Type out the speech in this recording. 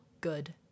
good